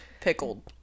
pickled